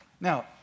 Now